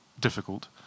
difficult